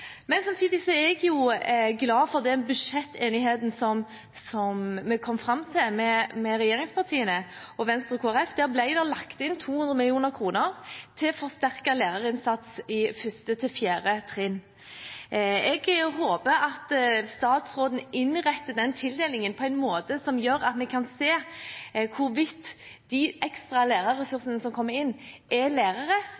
Men samtidig er jeg jo glad for den budsjettenigheten som vi kom fram til med regjeringspartiene og Venstre og Kristelig Folkeparti, der det ble lagt inn 200 mill. kr til forsterket lærerinnsats i 1.–4. trinn. Jeg håper at statsråden innretter den tildelingen på en måte som gjør at vi kan se hvorvidt de ekstra lærerressursene som kommer inn, faktisk er lærere,